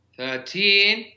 Thirteen